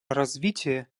развития